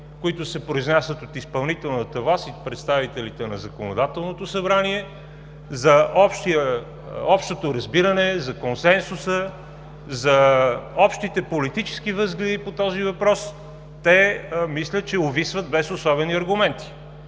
които се произнасят от изпълнителната власт и представителите на законодателното събрание за общото разбиране, за консенсуса, за общите политически възгледи по тези въпроси, мисля, че те увисват без особени аргументи.